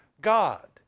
God